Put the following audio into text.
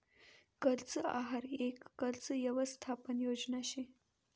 कर्ज आहार यक कर्ज यवसथापन योजना शे